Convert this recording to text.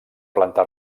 planta